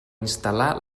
instal·lar